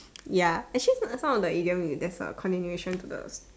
ya actually not some of the idiom there's a continuation to the